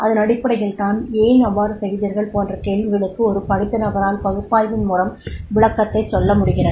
அதனடிப்படையில் தான் ஏன் அவ்வாறு செய்தீர்கள் போன்ற கேள்விகளுக்கு ஒரு படித்த நபரால் பகுப்பாய்வின் மூலம் விளக்கத்தைச் சொல்ல முடிகிறது